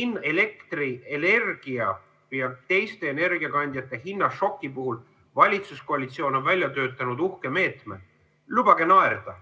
et elektrienergia ja teiste energiakandjate hinnašoki puhul on valitsuskoalitsioon välja töötanud uhke meetme. Lubage naerda!